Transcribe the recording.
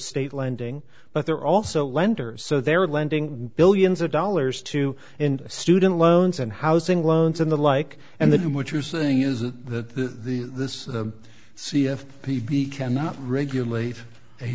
state lending but they're also lenders so they're lending billions of dollars to in student loans and housing loans and the like and then what you're saying is that the this see if p p cannot regulate a